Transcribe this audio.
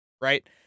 Right